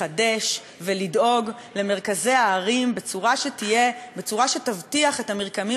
לחדש ולדאוג למרכזי הערים בצורה שתבטיח את המרקמים